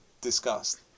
discussed